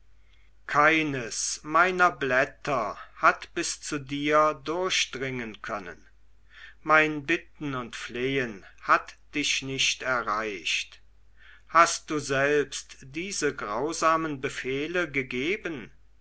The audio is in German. keines meiner blätter hat bis zu dir durchdringen können mein bitten und flehen hat dich nicht erreicht hast du selbst diese grausamen befehle gegeben